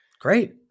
Great